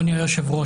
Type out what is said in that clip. אדוני היושב-ראש,